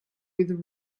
with